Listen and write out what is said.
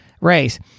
race